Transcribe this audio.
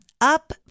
Up